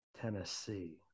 Tennessee